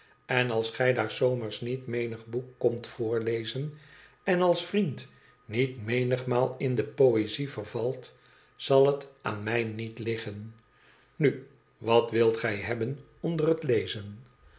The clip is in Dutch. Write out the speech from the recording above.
en als gij daar s zomers niet menig boek komt voorlezen en als vriend niet menigmaal in de poëzie vervalt zal het aan mij niet liggen nu wat wilt gij hebben onder het lezen